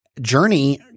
journey